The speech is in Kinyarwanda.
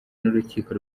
n’urukiko